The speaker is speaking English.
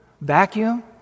Vacuum